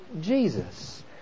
Jesus